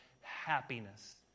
happiness